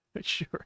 Sure